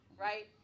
Right